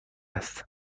است